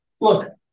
look